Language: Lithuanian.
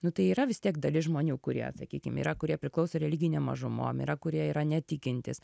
nu tai yra vis tiek dalis žmonių kurie sakykim yra kurie priklauso religinėm mažumom yra kurie yra netikintys